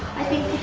i think